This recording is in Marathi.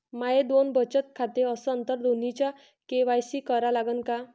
माये दोन बचत खाते असन तर दोन्हीचा के.वाय.सी करा लागन का?